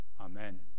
amen